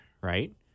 right